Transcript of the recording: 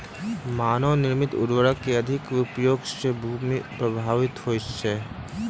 मानव निर्मित उर्वरक के अधिक उपयोग सॅ भूमि प्रभावित होइत अछि